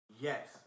Yes